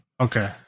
Okay